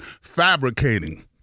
fabricating